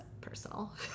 personal